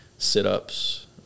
sit-ups